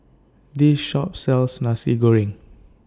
This Shop sells Nasi Goreng